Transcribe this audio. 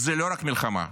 זו לא רק מלחמה.